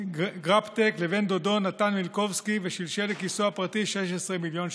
גרפטק לבן הדוד נתן מיליקובסקי ושלשל לכיסו הפרטי 16 מיליון שקלים.